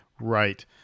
Right